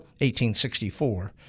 1864